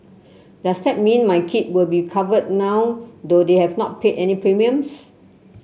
does that mean my kid will be covered now though they have not paid any premiums